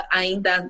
ainda